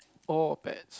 or pets